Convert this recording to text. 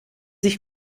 sich